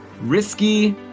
Risky